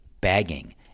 bagging